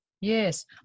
Yes